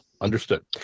Understood